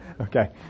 Okay